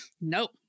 Nope